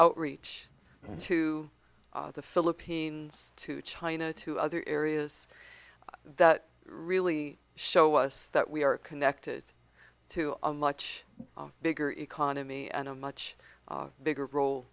outreach to the philippines to china to other areas that really show us that we are connected to a much bigger economy and a much bigger role